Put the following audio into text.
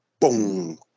boom